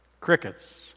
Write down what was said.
Crickets